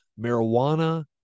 marijuana